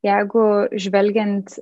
jeigu žvelgiant